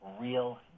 Real